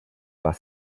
par